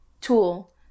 tool